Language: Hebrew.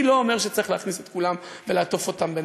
אני לא אומר שצריך להכניס את כולם ולעטוף אותם בניילונים,